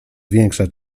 większa